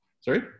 Sorry